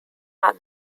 are